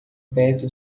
perto